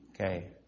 Okay